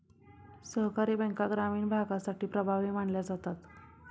सहकारी बँका ग्रामीण भागासाठी प्रभावी मानल्या जातात